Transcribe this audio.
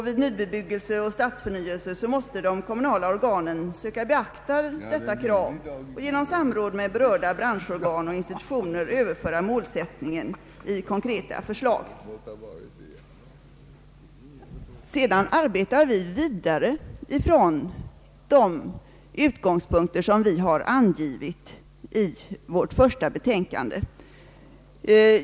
Vid nybebyggelse och stadsförnyelse måste också de kommunala organen beakta detta krav och genom samråd med berörda branschorgan och institutioner överföra målsättningen i konkreta förslag. Sedan arbetar vi vidare från de utgångspunkter som vi har angett i vårt första betänkande.